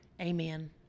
Amen